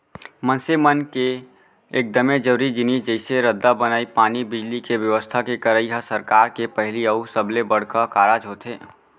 मनसे मन के एकदमे जरूरी जिनिस जइसे रद्दा बनई, पानी, बिजली, के बेवस्था के करई ह सरकार के पहिली अउ सबले बड़का कारज होथे